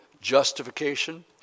justification